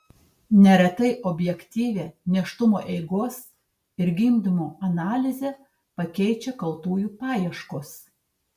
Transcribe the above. neretai objektyvią nėštumo eigos ir gimdymo analizę pakeičia kaltųjų paieškos